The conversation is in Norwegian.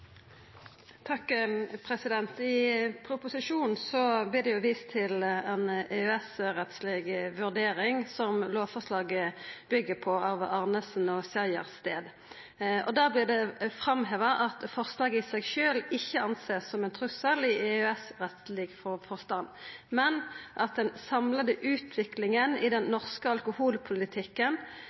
I proposisjonen vert det vist til ei EØS-rettsleg vurdering som lovforslaget byggjer på, av Arnesen og Sejersted. Der vert det framheva at forslaget i seg sjølv ikkje kan sjåast på som ein trussel i «EØS-rettslig forstand», men at den samla utviklinga i den «norske alkoholpolitikken